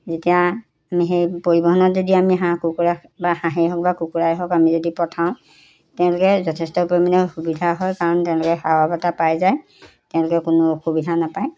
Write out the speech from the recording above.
যেতিয়া আমি সেই পৰিৱহণত যদি আমি হাঁহ কুকুৰা বা হাঁহেই হওক বা কুকুৰাই হওক আমি যদি পঠাওঁ তেওঁলোকে যথেষ্ট পৰিমাণে সুবিধা হয় কাৰণ তেওঁলোকে সাহস এটা পাই যায় তেওঁলোকে কোনো অসুবিধা নাপায়